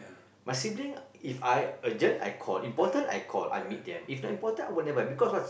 my sibling If I urgent I call important I call I meet them if not important I will never because why